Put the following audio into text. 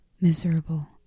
miserable